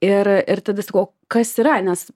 ir ir tada sakau o kas yra nes